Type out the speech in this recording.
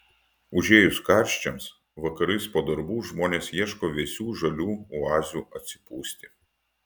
užėjus karščiams vakarais po darbų žmonės ieško vėsių žalių oazių atsipūsti